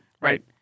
right